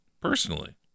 personally